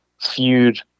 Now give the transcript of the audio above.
feud